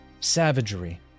savagery